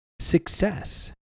Success